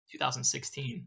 2016